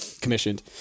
commissioned